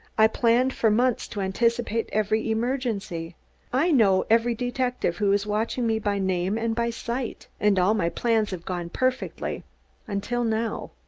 i planned for months to anticipate every emergency i know every detective who is watching me by name and by sight and all my plans have gone perfectly until now.